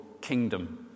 kingdom